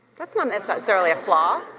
that's not necessarily a flaw.